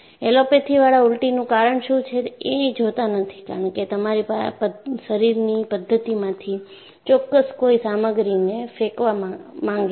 એલોપેથીવાળા ઉલટીનું કારણ શું છે એ જોતા નથી કારણ કે તમારી શરીરની પદ્ધતિમાંથી ચોક્કસ કોઈ સામગ્રીને ફેંકવા માંગે છે